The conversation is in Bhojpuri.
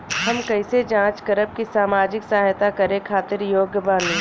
हम कइसे जांच करब की सामाजिक सहायता करे खातिर योग्य बानी?